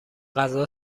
غذا